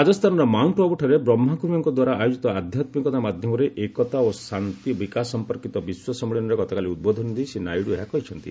ରାଜସ୍ଥାନର ମାଉଣ୍ଟ୍ ଆବ୍ରଠାରେ ବ୍ରହ୍କକୁମାରୀଙ୍କଦ୍ୱାରା ଆୟୋଜିତ 'ଆଧ୍ୟାତ୍କକତା ମାଧ୍ୟମରେ ଏକତା ଶାନ୍ତି ଓ ବିକାଶ' ସମ୍ପର୍କିତ ବିଶ୍ୱ ସମ୍ମିଳନୀରେ ଗତକାଲି ଉଦ୍ବୋଧନ ଦେଇ ଶ୍ରୀ ନାଇଡୁ ଏହା କହିଛନ୍ତି